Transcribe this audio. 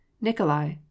Nikolai